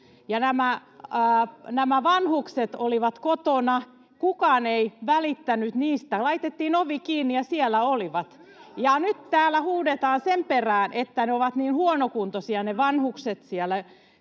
Nämä vanhukset olivat kotona, kukaan ei välittänyt niistä, laitettiin ovi kiinni, ja siellä olivat. Ja nyt täällä huudetaan sen perään, että ne vanhukset ovat niin huonokuntoisia